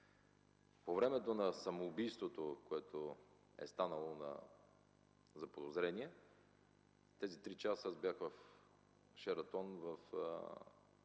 По времето на самоубийството, което е станало, на заподозрения, през тези три часа аз бях в „Шератон” на среща